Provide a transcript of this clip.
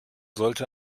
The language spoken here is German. sollte